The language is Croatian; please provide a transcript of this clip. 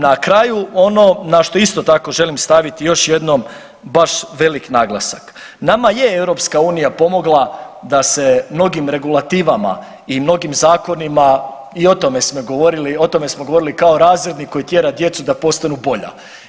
Na kraju ono na što isto tako želim staviti još jednom baš velik naglasak nama je EU pomogla da se mnogim regulativama i mnogim zakonima i o tome smo govorili kao razrednik koji tjera djecu da postanu bolja.